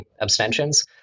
abstentions